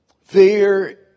Fear